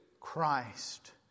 Christ